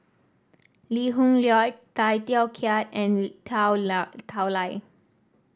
Lee Hoon Leong Tay Teow Kiat and Tao Li